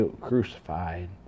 crucified